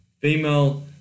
female